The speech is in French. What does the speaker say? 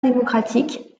démocratique